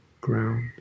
ground